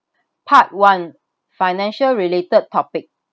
part one financial related topic